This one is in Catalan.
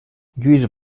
lluís